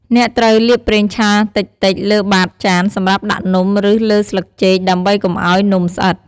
អ្នកត្រូវលាបប្រេងឆាតិចៗលើបាតចានសម្រាប់ដាក់នំ ឬ លើស្លឹកចេកដើម្បីកុំឲ្យនំស្អិត។